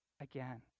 again